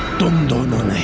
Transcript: and not